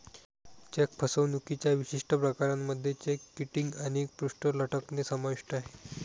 check फसवणुकीच्या विशिष्ट प्रकारांमध्ये चेक किटिंग आणि पृष्ठ लटकणे समाविष्ट आहे